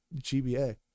GBA